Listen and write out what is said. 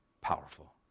powerful